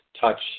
touch